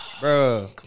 Bro